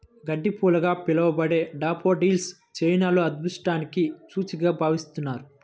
గడ్డిపూలుగా పిలవబడే డాఫోడిల్స్ చైనాలో అదృష్టానికి సూచికగా భావిస్తారు